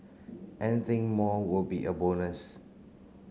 anything more will be a bonus